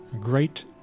great